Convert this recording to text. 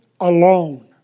alone